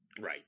right